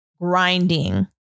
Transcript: Grinding